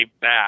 back